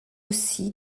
aussi